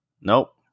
nope